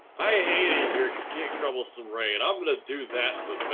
i hated your king troublesome reign. i'm gonna do that but